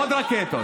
עוד רקטות.